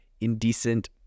indecent